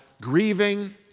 grieving